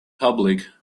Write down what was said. public